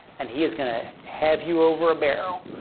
and he is going to have you over a barrel,